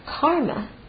karma